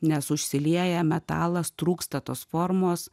nes užsilieja metalas trūksta tos formos